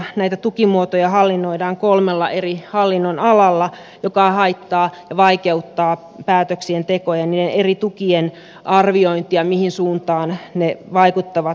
näitä tukimuotoja hallinnoidaan kolmella eri hallinnonalalla mikä haittaa ja vaikeuttaa päätöksentekoa ja eri tukien arviointia mihin suuntaan ne vaikuttavat